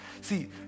See